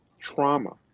trauma